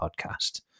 podcast